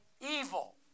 evil